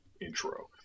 intro